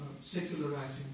secularizing